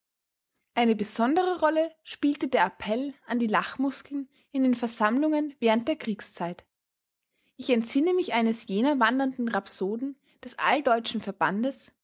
eine besondere rolle spielte der appell an die lachmuskeln in den versammlungen während der kriegszeit ich entsinne mich eines jener wandernden rhapsoden des alldeutschen verbandes